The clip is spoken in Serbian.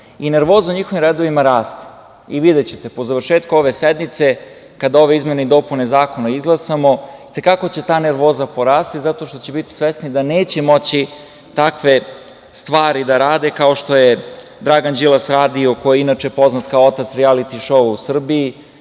u njihovim redovima raste. Videćete, po završetku ove sednice, kada ove izmene i dopune zakona izglasamo, i te kako će ta nervoza porasti zato što će biti svesni da neće moći takve stvari da rade kao što je Dragan Đilas radio, koji je inače poznat kao otac rijaliti šoa u Srbiji,